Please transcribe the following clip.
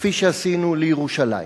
כפי שעשינו לירושלים.